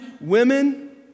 women